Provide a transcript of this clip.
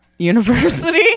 University